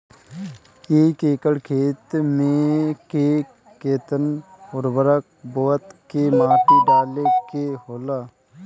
एक एकड़ खेत में के केतना उर्वरक बोअत के माटी डाले के होला?